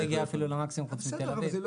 רק